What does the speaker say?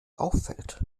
auffällt